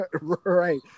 right